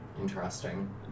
Interesting